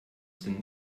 sind